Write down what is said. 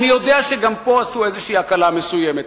אני יודע שגם פה עשו איזו הקלה מסוימת,